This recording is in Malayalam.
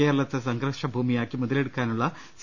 കേരളത്തെ സംഘർഷഭൂമിയാക്കി മുത ലെടുക്കാനുള്ള സി